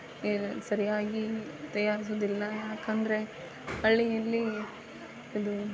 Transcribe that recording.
ಎಲ್ಲ ಸರಿಯಾಗಿ ತಯಾರಿಸುವುದಿಲ್ಲ ಯಾಕೆಂದರೆ ಹಳ್ಳಿಯಲ್ಲಿ ಇದು